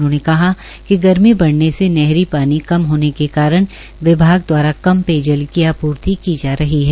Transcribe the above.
उन्होंने कहा कि गर्मी बढऩे से नहरी पानी कम होने के कारण विभाग दवारा कम पेयजल की आपूर्ति की जा रही है